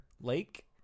Lake